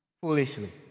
foolishly